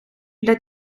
для